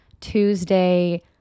Tuesday